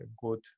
good